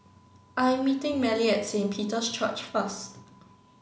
I'm meeting Mallie at Saint Peter's Church first